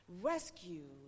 rescued